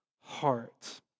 heart